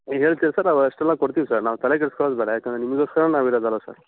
ಹೇಳ್ತೀರ ಸರ್ ನಾವು ಅಷ್ಟೆಲ್ಲ ಕೊಡ್ತಿವಿ ಸರ್ ನಾವು ತಲೆ ಕೆಡ್ಸ್ಕೊಳ್ಳೋದು ಬೇಡ ಯಾಕಂದ್ರೆ ನಿಮಗೋಸ್ಕರ ನಾವು ಇರೋದಲ್ವಾ ಸರ್